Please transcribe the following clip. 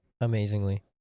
amazingly